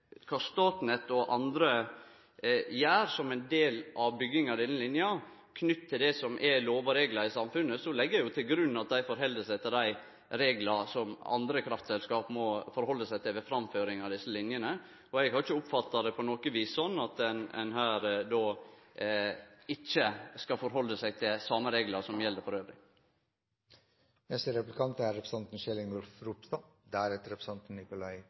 kva Statnett og andre gjer som ein del av bygginga av denne linja, knytt til det som er lover og reglar i samfunnet, så legg eg til grunn at dei held seg til dei reglane som andre kraftselskap må halde seg til ved framføring av desse linjene. Og eg har ikkje på noko vis oppfatta det slik at ein her ikkje skal halde seg til dei same reglane som elles gjeld.